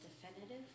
definitive